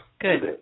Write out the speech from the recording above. Good